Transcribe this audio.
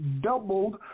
doubled